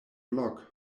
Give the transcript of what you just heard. blok